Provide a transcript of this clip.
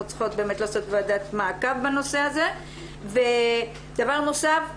צריכות באמת לעשות ועדת מעקב בנושא הזה ודבר נוסף,